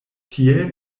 tiel